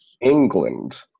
England